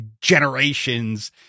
generations